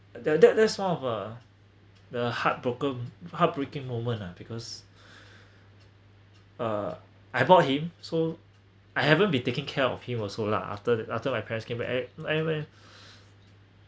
tha~ that that's is one of uh the heartbroken heartbreaking moment ah because uh I bought him so I haven't been taking care of him also lah after th~ after my parents came back eh